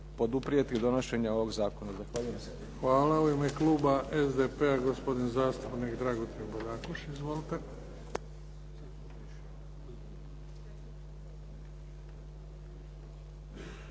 poduprijeti donošenje ovog zakona. Zahvaljujem. **Bebić, Luka (HDZ)** Hvala. U ime kluba SDP-a gospodin zastupnik Dragutin Bodakoš. Izvolite.